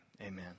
amen